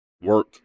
work